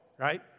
right